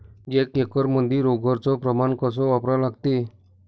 एक एकरमंदी रोगर च प्रमान कस वापरा लागते?